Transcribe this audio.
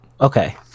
Okay